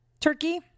Turkey